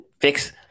fix